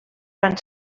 van